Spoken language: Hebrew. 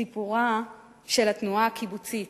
סיפורה של התנועה הקיבוצית,